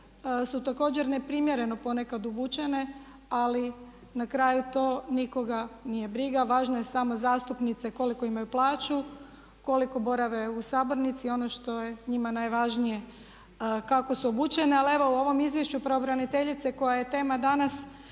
su također neprimjereno ponekad obučene. Ali na kraju to nikoga nije briga. Važno je samo zastupnice koliko imaju plaću, koliko borave u sabornici, ono što je njima najvažnije kako su obučene. Ali evo, u ovom izvješću pravobraniteljice koja je tema danas